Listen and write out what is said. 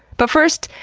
but first,